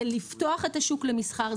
זה לפתוח את השוק למסחר,